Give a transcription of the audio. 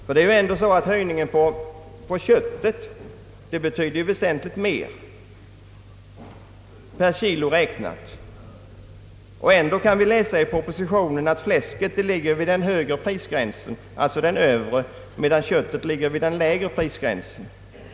Höjningen av slaktdjursavgifterna på köttet betyder väsentligt mera per kilogram räknat, och ändå kan vi läsa i propositionen att fläsket ligger vid den övre prisgränsen, medan köttet ligger vid den nedre prisgränsen.